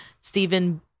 Stephen